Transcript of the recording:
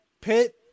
pit